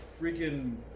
freaking